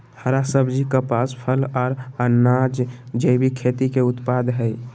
हरा सब्जी, कपास, फल, आर अनाज़ जैविक खेती के उत्पाद हय